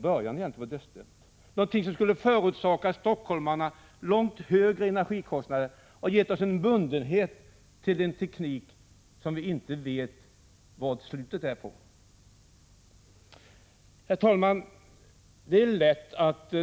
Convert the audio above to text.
Projektet skulle — om det genomförts — förorsakat stockholmarna långt högre energikostnader och skapat en bundenhet till en teknik som vi inte känner slutet på. Herr talman!